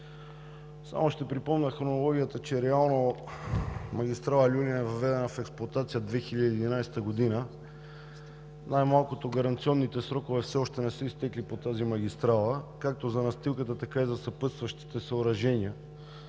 Само ще припомня хронологията, че реално магистрала „Люлин“ е въведена в експлоатация през 2011 г. и най-малкото гаранционните срокове все още не са изтекли по тази магистрала както за настилката, така и за съпътстващите съоръжения,